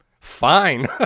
Fine